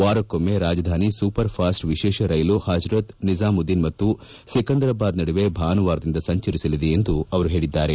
ವಾರಕ್ಕೊಮ್ಮೆ Rajdhani super fast ವಿಶೇಷ ರೈಲು ಪಜರತ್ ನಿಜಾಮುದ್ಧೀನ್ ಮತ್ತು ಸಿಕಂದರಾಬಾದ್ ನಡುವೆ ಭಾನುವಾರದಿಂದ ಸಂಚರಿಸಲಿದೆ ಎಂದು ಅವರು ಹೇಳಿದ್ದಾರೆ